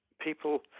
people